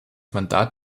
mandat